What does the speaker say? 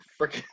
freaking